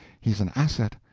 he's an asset.